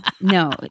no